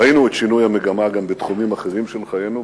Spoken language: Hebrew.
ראינו את שינוי המגמה גם בתחומים אחרים של חיינו,